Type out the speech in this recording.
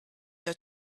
your